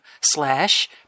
slash